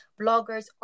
bloggers